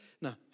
No